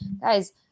guys